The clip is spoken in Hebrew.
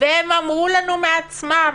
והם אמרו לנו מעצמם